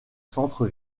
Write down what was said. centre